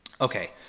Okay